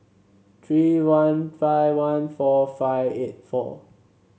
three one five one four five eight four